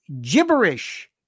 gibberish